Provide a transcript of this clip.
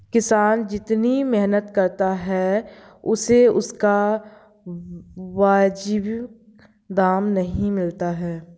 किसान जितनी मेहनत करता है उसे उसका वाजिब दाम नहीं मिलता है